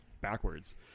backwards